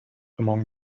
among